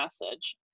message